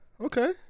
Okay